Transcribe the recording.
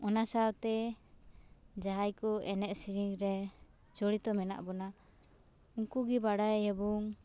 ᱚᱱᱟ ᱥᱟᱶᱛᱮ ᱡᱟᱦᱟᱸᱭ ᱠᱚ ᱮᱱᱮᱡ ᱥᱮᱨᱮᱧ ᱨᱮ ᱡᱚᱲᱤᱛᱚ ᱢᱮᱱᱟᱜ ᱵᱚᱱᱟ ᱩᱱᱠᱩᱜᱮ ᱵᱟᱲᱟᱭᱟᱵᱚᱱ